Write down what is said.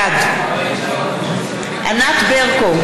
בעד ענת ברקו,